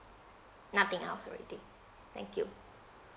nothing else already thank you